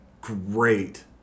great